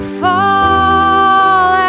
fall